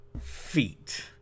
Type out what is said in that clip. feet